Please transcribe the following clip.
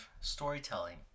storytelling